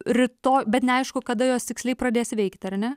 rytoj bet neaišku kada jos tiksliai pradės veikti ar ne